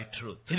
truth